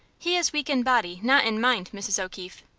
he is weak in body, not in mind, mrs. o'keefe.